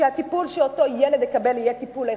שהטיפול שאותו ילד יקבל יהיה טיפול איכותי?